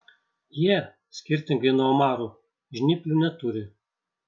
jie skirtingai nuo omarų žnyplių neturi